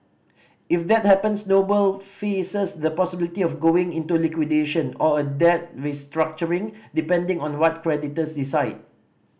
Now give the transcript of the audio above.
if that happens Noble faces the possibility of going into liquidation or a debt restructuring depending on what creditors decide